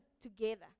together